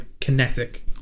kinetic